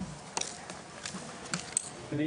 אני